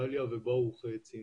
דליה וברוך ציינו.